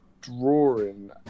drawing